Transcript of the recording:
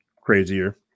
crazier